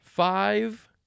Five